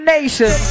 Nation